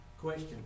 question